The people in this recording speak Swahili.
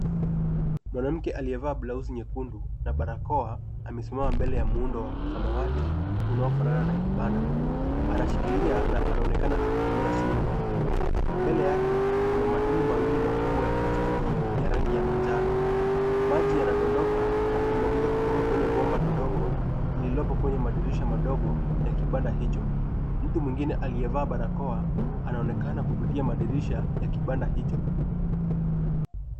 Mwanamke aliyevaa blauzi nyekundu na barakoa amesimama mbele ya muundo wa samawati unaofanana na kibanda. Anashikilia na anaonekana akitumia simu. Mbele yake, kuna madumu mawili makubwa ya plastiki ya rangi ya manjano. Maji yanadondoka na kumwagika kutoka kwenye bomba dogo lililopo kwenye madirisha madogo ya kibanda hicho. Mtu mwingine aliyevaa barakoa anaonekana kupitia madirisha ya kibanda hicho.